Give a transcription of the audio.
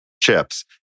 chips